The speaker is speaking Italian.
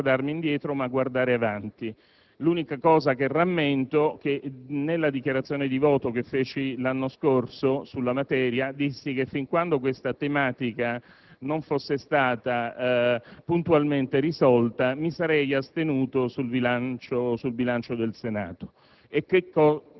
per cui preferisco, anche per *forma* *mentis*, non guardarmi indietro, ma guardare avanti. L'unica cosa che rammento è che nella dichiarazione di voto che feci l'anno scorso sulla materia dissi che fin quando questa tematica non fosse stata puntualmente risolta mi sarei astenuto sul bilancio